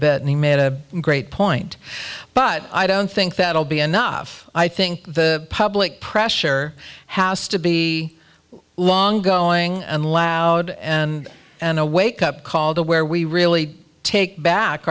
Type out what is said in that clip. bit and he made a great point but i don't think that will be enough i think the public pressure has to be long going and loud and and a wake up call to where we really take back